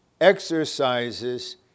exercises